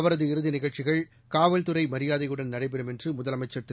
அவரது இறுதி நிகழ்ச்சிகள் காவல்துறை மரியாதையுடன் நடைபெறும் என்று முதலமைச்சர் திரு